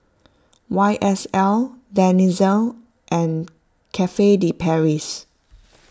Y S L Denizen and Cafe De Paris